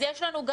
יש לנו,